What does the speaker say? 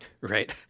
Right